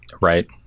right